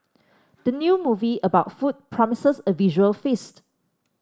the new movie about food promises a visual feast